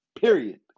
Period